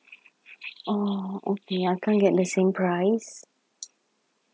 oh okay I can't get the same price